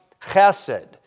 chesed